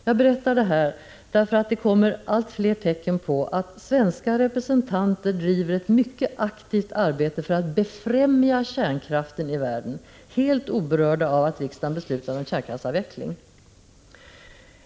Jag berättar detta därför att det kommer allt fler tecken på att svenska representanter driver ett mycket aktivt arbete för att befrämja kärnkraften i världen — helt oberörda av att riksdagen beslutat om kärnkraftsavveckling.